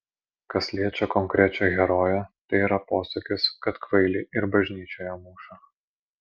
kas liečia konkrečią heroję tai yra posakis kad kvailį ir bažnyčioje muša